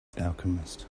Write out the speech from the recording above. alchemist